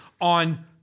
on